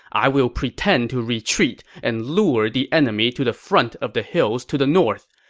i will pretend to retreat and lure the enemy to the front of the hills to the north.